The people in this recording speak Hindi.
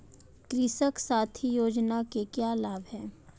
कृषक साथी योजना के क्या लाभ हैं?